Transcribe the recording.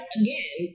again